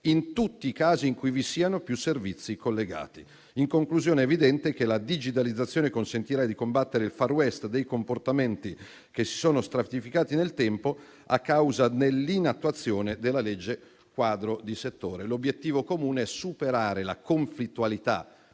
in tutti i casi in cui vi siano più servizi collegati. In conclusione, è evidente che la digitalizzazione consentirà di combattere il *far west* dei comportamenti che si sono stratificati nel tempo a causa dell'inattuazione della legge quadro di settore. L'obiettivo comune è superare la conflittualità